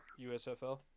USFL